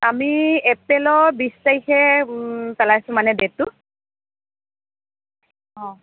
আমি এপ্ৰেলৰ বিছ তাৰিখে পেলাইছোঁ মানে ডেটটো অঁ